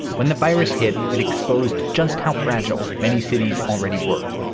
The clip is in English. when the virus hit, it exposed just how fragile many cities already were,